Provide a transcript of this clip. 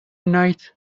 night